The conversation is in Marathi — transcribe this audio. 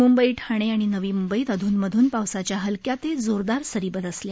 मुंबई ठाणे आणि नवी मुंबईत अध्न मध्न पावसाच्या हलक्या ते जोरदार सरी बरसल्या